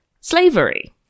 slavery